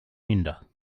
hinder